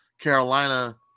Carolina